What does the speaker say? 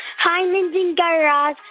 hi, mindy and guy raz.